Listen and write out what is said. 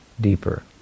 deeper